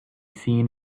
seen